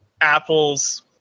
Apple's